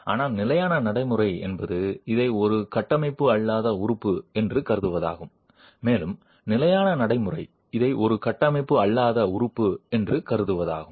ஆனால் நிலையான நடைமுறை என்பது இதை ஒரு கட்டமைப்பு அல்லாத உறுப்பு என்று கருதுவதாகும் மேலும் நிலையான நடைமுறை இதை ஒரு கட்டமைப்பு அல்லாத உறுப்பு என்று கருதுவதாகும்